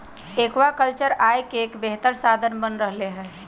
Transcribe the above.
aquaculture आय के एक बेहतर साधन बन रहले है